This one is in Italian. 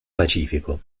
pacifico